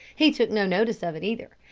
he took no notice of it either,